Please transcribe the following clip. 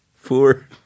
Four